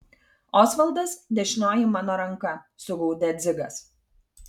osvaldas dešinioji mano ranka sugaudė dzigas